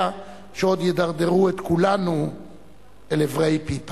שעוד ידרדרו את כולנו אל עברי פי פחת.